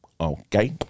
Okay